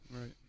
Right